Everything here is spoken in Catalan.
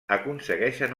aconsegueixen